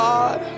God